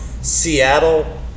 Seattle